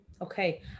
okay